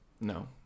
No